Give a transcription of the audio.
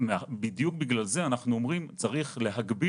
בדיוק בגלל זה אנחנו אומרים שצריך להגביל